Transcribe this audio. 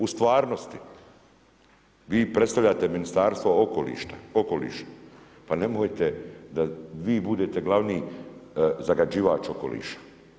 U stvarnosti vi predstavljate Ministarstvo okoliša, pa nemojte da vi budete glavni zagađivač okoliša.